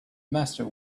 master